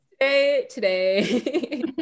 Today